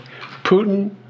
Putin